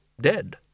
dead